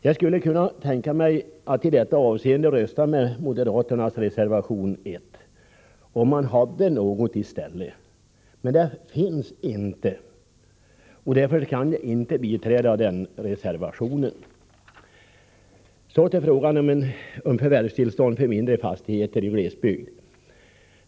Jag skulle kunna tänka mig att rösta med moderaternas reservation 1, om man hade något att komma med ii stället. Det har man inte, och därför kan jag inte biträda den reservationen. Så till frågan om förvärvstillstånd för mindre fastigheter i glesbygd.